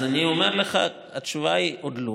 אז אני אומר לך, התשובה היא: עוד לא.